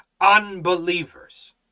unbelievers